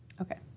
Okay